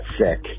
sick